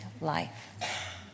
life